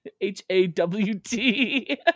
H-A-W-T